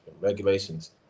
regulations